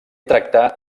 tractà